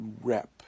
rep